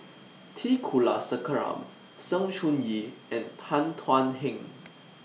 T Kulasekaram Sng Choon Yee and Tan Thuan Heng